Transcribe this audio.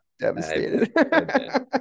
devastated